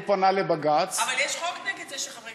אבל יש חוק נגד זה שחברי